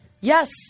Yes